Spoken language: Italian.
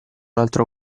altro